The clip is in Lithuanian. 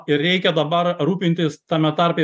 ir reikia dabar rūpintis tame tarpe